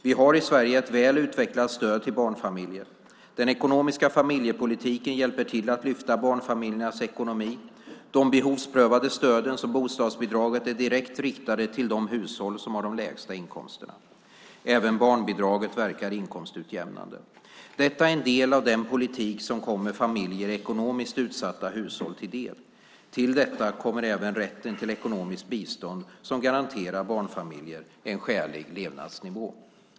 Vi har i Sverige ett väl utvecklat stöd till barnfamiljer. Den ekonomiska familjepolitiken hjälper till att lyfta fram barnfamiljernas ekonomi. De behovsprövade stöden, som bostadsbidraget, är direkt riktade till de hushåll som har de lägsta inkomsterna. Även barnbidraget verkar inkomstutjämnande. Detta är en del av den politik som kommer familjer i ekonomiskt utsatta hushåll till del. Till detta kommer även rätten till ekonomiskt bistånd som garanterar barnfamiljer en skälig levnadsnivå.